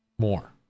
more